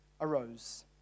arose